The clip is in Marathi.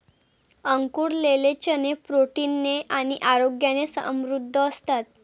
अंकुरलेले चणे प्रोटीन ने आणि आरोग्याने समृद्ध असतात